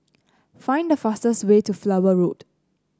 find the fastest way to Flower Road